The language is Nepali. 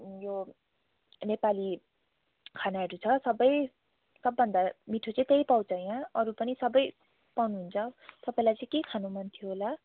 उयो नेपाली खानाहरू छ सबै सबभन्दा मिठो चाहिँ त्यही पाउँछ यहाँ अरू पनि सबै पाउनुहुन्छ तपाईँलाई चाहिँ के खानु मन थियो होला